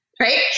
Right